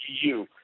EU